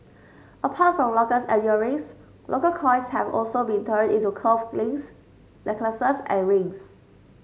apart from lockets and earrings local coins have also been turned into cuff links necklaces and rings